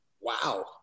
wow